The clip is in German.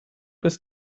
bis